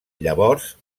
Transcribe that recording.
llavors